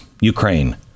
Ukraine